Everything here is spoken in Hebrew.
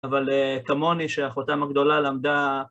אבל כמוני שאחותם הגדולה למדה